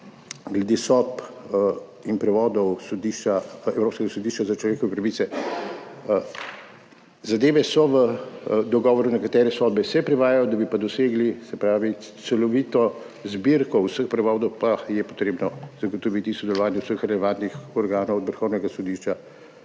glede sodb in prevodov Evropskega sodišča za človekove pravice. Zadeve so v dogovoru, nekatere sodbe se prevajajo, da bi pa dosegli celovito zbirko vseh prevodov, pa je treba zagotoviti sodelovanje vseh relevantnih organov, Vrhovnega sodišča,